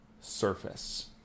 surface